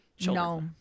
No